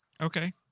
Okay